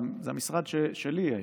זה המשרד שלי היום,